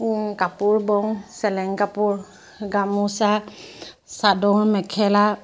কাপোৰ বওঁ চেলেং কাপোৰ গামোচা চাদৰ মেখেলা